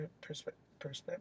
perspective